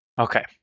Okay